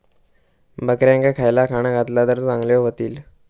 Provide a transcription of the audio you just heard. बकऱ्यांका खयला खाणा घातला तर चांगल्यो व्हतील?